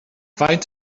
faint